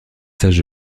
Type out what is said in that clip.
sages